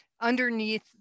Underneath